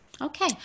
okay